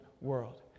world